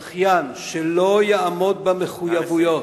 זכיין שלא יעמוד במחויבויות,